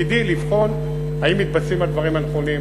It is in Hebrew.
תפקידי לבחון האם מתבצעים הדברים הנכונים,